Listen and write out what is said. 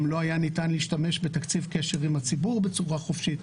גם לא היה ניתן להשתמש בתקציב קשר עם הציבור בצורה חופשית,